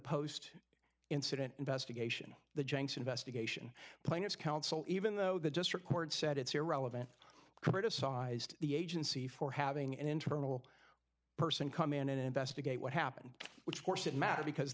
post incident investigation the jenks investigation planners council even though the district court said it's irrelevant criticized the agency for having an internal person come in and investigate what happened which of course it matters because